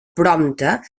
prompte